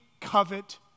covet